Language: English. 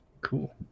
Cool